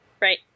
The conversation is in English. right